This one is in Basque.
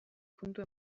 puntu